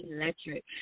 Electric